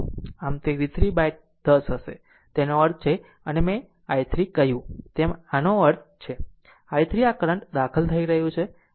આમ તે v3 by 10 હશે તેનો અર્થ છે અને i3 મેં કહ્યું તેમ આનો અર્થ છે i3 આ કરંટ દાખલ થઈ રહ્યું છે